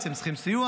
הם צריכים סיוע,